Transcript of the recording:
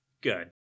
good